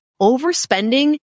overspending